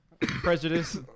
Prejudice